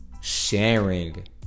sharing